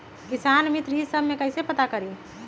किसान मित्र ई सब मे कईसे पता करी?